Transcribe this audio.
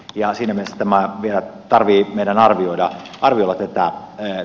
siinä mielessä meidän vielä tarvitsee arvioida tätä asiaa